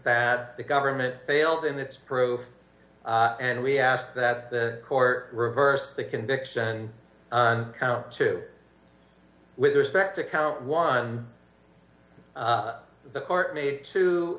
bad the government failed in its proof and we ask that the court reverse the conviction and count to with respect to count one the court made t